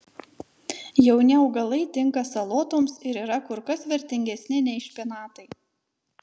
jauni augalai tinka salotoms ir yra kur kas vertingesni nei špinatai